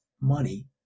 money